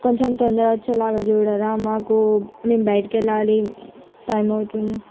కొంచెం తొందరగా వచ్చేలా చూడరా మాకు మేము బయటికి వెళ్ళాలి టైమ్ అవుతుంది